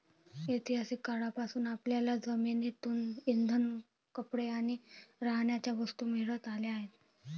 ऐतिहासिक काळापासून आपल्याला जमिनीतून इंधन, कपडे आणि राहण्याच्या वस्तू मिळत आल्या आहेत